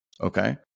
Okay